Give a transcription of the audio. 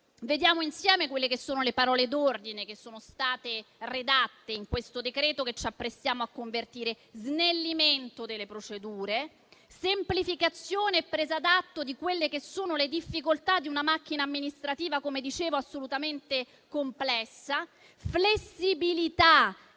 Vediamo insieme le parole d'ordine che sono state redatte in questo decreto-legge che ci apprestiamo a convertire: snellimento delle procedure; semplificazione e presa d'atto delle difficoltà di una macchina amministrativa, come dicevo, assolutamente complessa; flessibilità,